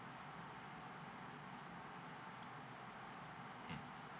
mm